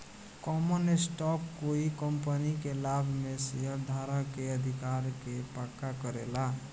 common stock कोइ company के लाभ में शेयरधारक के अधिकार के पक्का करेला